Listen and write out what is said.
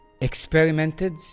experimented